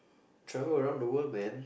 travel around the world man